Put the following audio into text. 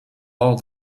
all